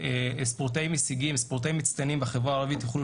ספורטאים מצטיינים בחברה הערבית יוכלו